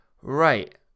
Right